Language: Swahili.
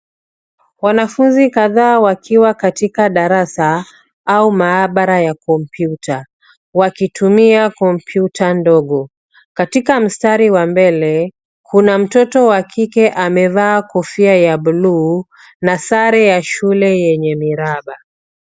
Wanafunzi kadhaa wakiwa katika darasa au mahabara ya kompyuta, wakitumia kompyuta ndogo. Katika mstari wa mbele, kuna mtoto wa kike amevaa kofia ya buluu na sare ya shule yenye miraba.